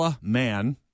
man